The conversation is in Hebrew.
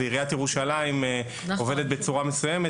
זאת עיריית ירושלים שעובדת בצורה מסוימת,